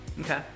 Okay